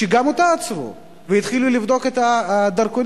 וגם אותה עצרו והתחילו לבדוק את הדרכונים.